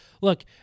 look